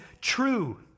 true